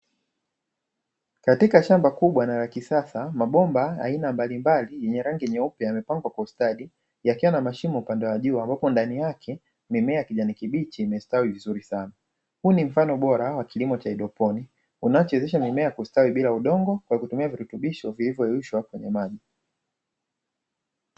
Katika shamba kubwa na la kisasa mabomba aina mbalimbali yenye rangi nyeupe yamepangwa kwa ustadi yakiwa na mashimo upande wa juu ambapo ndani yake mimea ya kijani kibichi imestawi vizuri sana. Huu ni mfano bora wa kilimo cha haidroponi unachowezesha mimea kustawi bila udongo kwa kutumia virutubisho vilivyo yeyushwa kwenye maji.